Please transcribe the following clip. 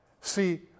See